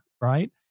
Right